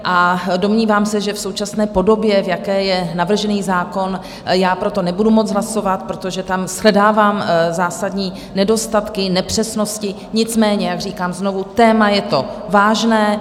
A domnívám se, že v současné podobě, v jaké je navržený zákon, pro to nebudu moct hlasovat, protože tam shledávám zásadní nedostatky, nepřesnosti, nicméně jak říkám znovu, téma je to vážné.